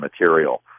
material